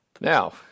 Now